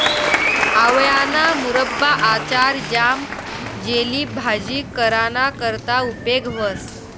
आवयाना मुरब्बा, आचार, ज्याम, जेली, भाजी कराना करता उपेग व्हस